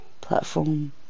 platform